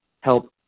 help